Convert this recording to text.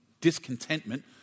discontentment